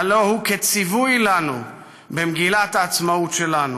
הלוא הוא כציווי לנו במגילת העצמאות שלנו.